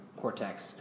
cortex